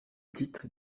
dites